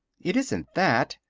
it isn't that,